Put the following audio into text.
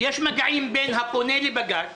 מגעים בין הפונה לבג"ץ